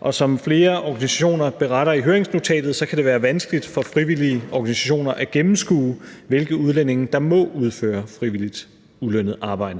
og som flere organisationer beretter i høringsnotatet, kan det være vanskeligt for frivillige organisationer at gennemskue, hvilke udlændinge der må udføre frivilligt ulønnet arbejde.